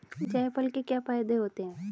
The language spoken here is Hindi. जायफल के क्या फायदे होते हैं?